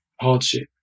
Hardship